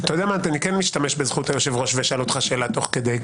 אני כן אשתמש בזכות היושב-ראש ואשאל אותך שאלה תוך כדי.